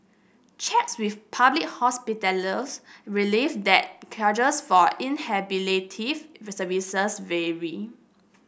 checks with public hospitals revealed that charges for services vary